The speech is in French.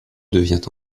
devient